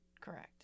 Correct